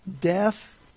Death